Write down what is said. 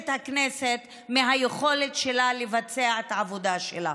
את הכנסת מהיכולת שלה לבצע את העבודה שלה.